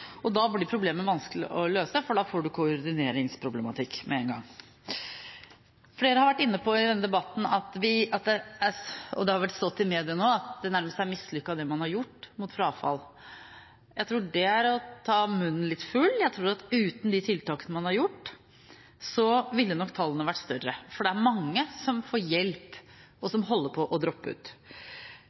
Da blir problemet vanskelig å løse, for da får man koordineringsproblematikk med en gang. Flere har i denne debatten vært inne på – og det har vel stått i mediene også – at det man har gjort mot frafall, nærmest er mislykket. Jeg tror det er å ta munnen litt full. Jeg tror at uten de tiltakene man har gjort, ville nok tallene vært større, for det er mange som får hjelp, og som holder på å droppe ut.